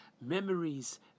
memories